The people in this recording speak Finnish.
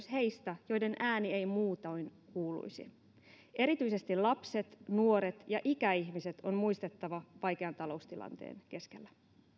heistä joiden ääni ei muutoin kuuluisi erityisesti lapset nuoret ja ikäihmiset on muistettava vaikean taloustilanteen keskellä